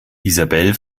isabel